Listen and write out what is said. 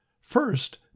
First